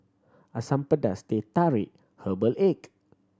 Asam Pedas Teh Tarik herbal egg